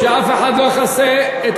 איפה